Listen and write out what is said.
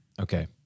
Okay